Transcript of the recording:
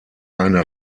eine